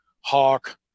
Hawk